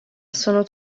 sono